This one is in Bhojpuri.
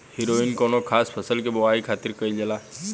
हैरोइन कौनो खास फसल के बोआई खातिर कईल जाला